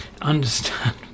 understand